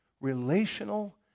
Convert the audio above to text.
relational